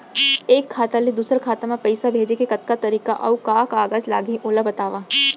एक खाता ले दूसर खाता मा पइसा भेजे के कतका तरीका अऊ का का कागज लागही ओला बतावव?